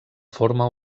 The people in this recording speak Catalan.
forma